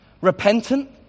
Repentant